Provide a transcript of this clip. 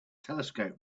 telescope